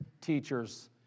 teachers